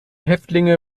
häftlinge